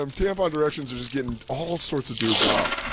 um tampon directions are just gettin' all sorts of dudes off.